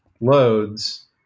loads